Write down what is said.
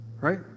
right